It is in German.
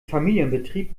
familienbetrieb